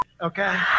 Okay